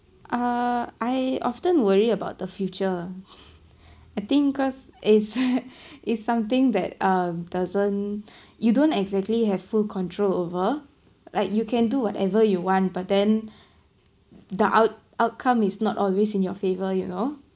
uh I often worry about the future I think cause it's it's something that uh doesn't you don't exactly have full control over like you can do whatever you want but then the out~ outcome is not always in your favour you know